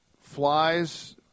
flies